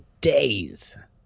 days